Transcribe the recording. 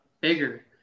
bigger